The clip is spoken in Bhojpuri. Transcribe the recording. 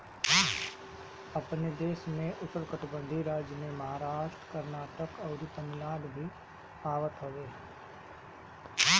अपनी देश में उष्णकटिबंधीय राज्य में महाराष्ट्र, कर्नाटक, अउरी तमिलनाडु भी आवत हवे